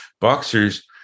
Boxers